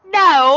no